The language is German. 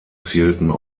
fehlten